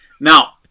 Now